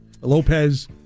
Lopez